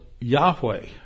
Yahweh